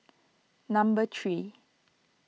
number three